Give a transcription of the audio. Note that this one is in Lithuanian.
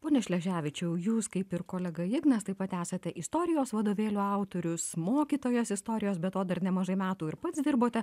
pone šleževičiau jūs kaip ir kolega ignas taip pat esate istorijos vadovėlių autorius mokytojas istorijos be to dar nemažai metų ir pats dirbote